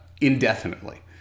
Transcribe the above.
indefinitely